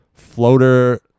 floater